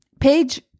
page